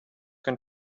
can